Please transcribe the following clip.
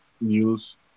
News